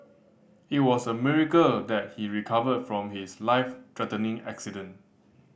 it was a miracle that he recovered from his life threatening accident